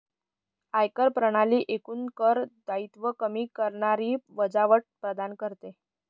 आयकर प्रणाली एकूण कर दायित्व कमी करणारी वजावट प्रदान करते